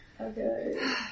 Okay